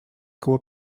koło